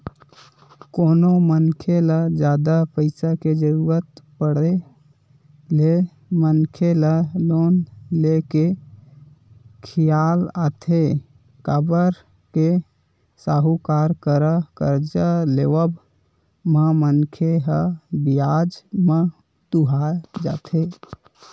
कोनो मनखे ल जादा पइसा के जरुरत पड़े ले मनखे ल लोन ले के खियाल आथे काबर के साहूकार करा करजा लेवब म मनखे ह बियाज म दूहा जथे